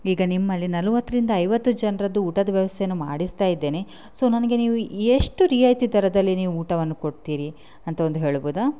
ಈಗ ನಿಮ್ಮಲ್ಲಿ ನಲವತ್ತರಿಂದ ಐವತ್ತು ಜನರದ್ದು ಊಟದ ವ್ಯವಸ್ಥೆನು ಮಾಡಿಸ್ತಾ ಇದ್ದೇನೆ ಸೋ ನನಗೆ ನೀವು ಎಷ್ಟು ರಿಯಾಯಿತಿ ದರದಲ್ಲಿ ನೀವು ಊಟವನ್ನು ಕೊಡ್ತೀರಿ ಅಂತ ಒಂದು ಹೇಳ್ಬೋದಾ